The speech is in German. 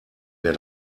wer